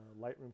Lightroom